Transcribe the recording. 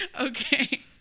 Okay